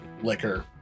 liquor